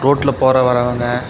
ரோட்டில் போகிற வர்றவங்க